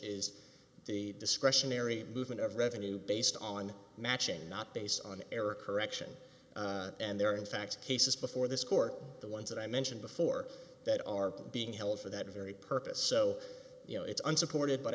is the discretionary movement of revenue based on matching not based on error correction and there are in fact cases before this court the ones that i mentioned before that are being held for that very purpose so you know it's unsupported but